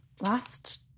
last